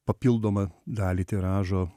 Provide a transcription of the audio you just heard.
papildomą dalį tiražo